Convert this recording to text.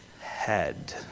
head